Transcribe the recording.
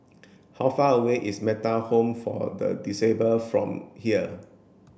how far away is Metta Home for the Disabled from here